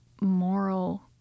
moral